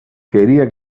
quería